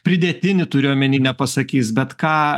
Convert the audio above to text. pridėtinį turiu omeny nepasakys bet ką